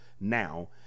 now